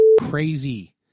crazy